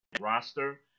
roster